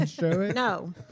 No